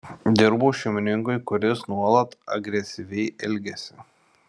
dirbau šeimininkui kuris nuolat agresyviai elgėsi